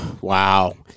Wow